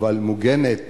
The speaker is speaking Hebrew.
אבל מוגנת,